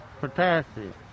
potassium